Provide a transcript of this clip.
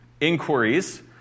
inquiries